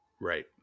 Right